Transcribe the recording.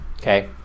Okay